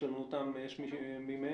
נס מי פז